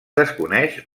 desconeix